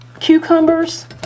cucumbers